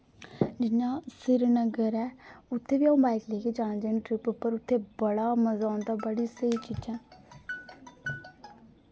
जि'यां सिरीनगर ऐ उत्थै बी अ'ऊं लेइयै जाना चाह्न्नीं ट्रिप उप्पर उत्थै बड़ा मजा औंदा बड़ी स्हेई चीजां